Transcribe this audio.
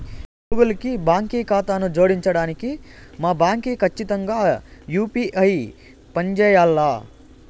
Google కి బాంకీ కాతాను జోడించడానికి మా బాంకీ కచ్చితంగా యూ.పీ.ఐ పంజేయాల్ల